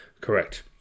correct